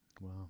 Wow